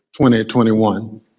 2021